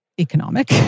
economic